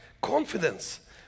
confidence